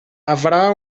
avrà